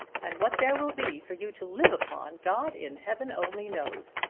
and what there will be for you to live upon god in heaven only knows.